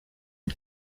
une